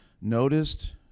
noticed